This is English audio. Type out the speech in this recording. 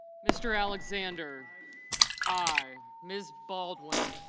mr. alexander i. mr baldwin